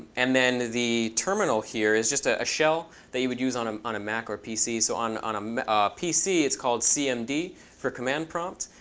and then the terminal here is just ah a shell that you would use on um on a mac or pc. so on on a pc, it's called cmd for command prompt.